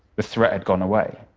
the threat had gone away.